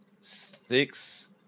six